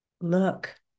look